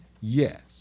yes